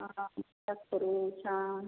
करू छान